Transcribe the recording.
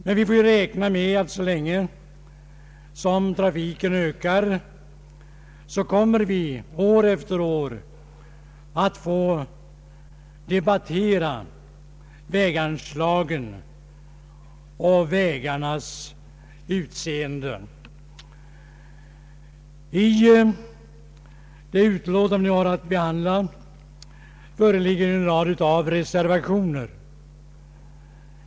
Man får räkna med att så länge som trafiken ökar kommer vi att år efter år få debattera väganslagen och vägarnas utseende. Till det utlåtande som nu behandlas har fogats en rad reservationer.